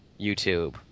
YouTube